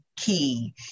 key